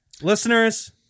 Listeners